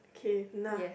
K nah